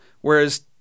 Whereas